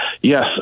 Yes